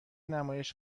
نمایش